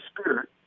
Spirit